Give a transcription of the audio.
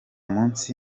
munsi